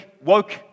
woke